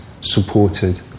supported